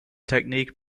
technique